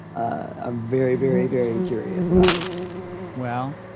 ah very, very, very curious about it well,